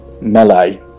melee